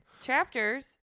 Chapters